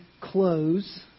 close